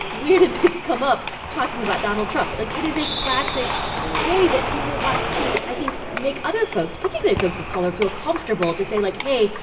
where did this come up talking about donald trump? like, it is a classic way that people want to, i think, make other folks, particularly folks of color, feel comfortable to say like, hey,